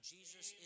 Jesus